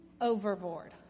overboard